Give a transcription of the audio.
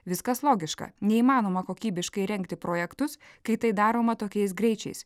viskas logiška neįmanoma kokybiškai rengti projektus kai tai daroma tokiais greičiais